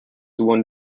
one